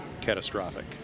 catastrophic